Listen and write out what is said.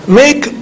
make